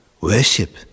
Worship